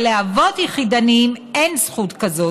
אבל לאבות יחידניים אין זכות כזאת.